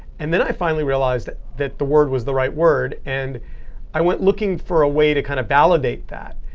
and then i finally realized that the word was the right word. and i went looking for a way to kind of validate that.